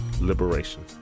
LIBERATION